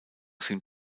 sind